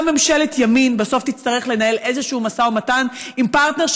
גם ממשלת ימין בסוף תצטרך לנהל איזשהו משא ומתן עם פרטנר,